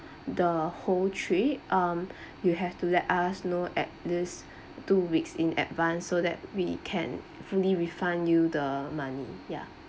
the whole trip um you have to let us know at least two weeks in advance so that we can fully refund you the money ya